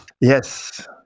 Yes